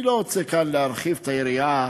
אני לא רוצה כאן להרחיב את היריעה